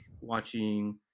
watching